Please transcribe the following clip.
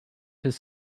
his